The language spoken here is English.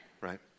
right